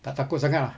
tak takut sangat lah